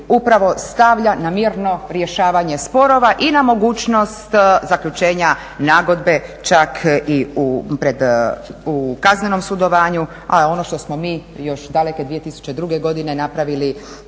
upravo stavlja na mirno rješavanje sporova i na mogućnost zaključenja nagodbe čak i u kaznenom sudovanju. A ono što smo mi još daleke 2002. godine napravili